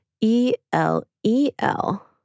e-l-e-l